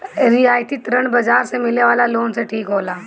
रियायती ऋण बाजार से मिले वाला लोन से ठीक होला